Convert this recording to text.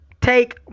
take